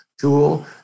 tool